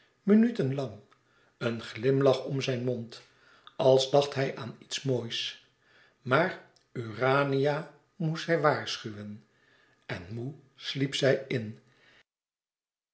minuten lang een glimlach om zijn mond als dacht hij aan iets moois maar urania moest zij waarschuwen en moê sliep zij in